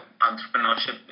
entrepreneurship